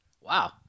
Wow